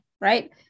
right